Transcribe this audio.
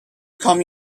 come